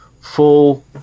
full